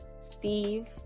Steve